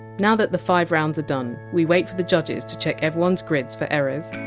now that the five rounds are done, we wait for the judges to check everyone! s grids for errors,